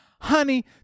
honey